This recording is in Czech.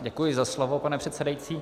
Děkuji za slovo, pane předsedající.